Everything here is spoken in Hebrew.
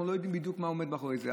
לא יודעים בדיוק מה עומד מאחורי זה.